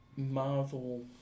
Marvel